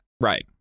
Right